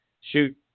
shoot